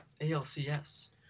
ALCS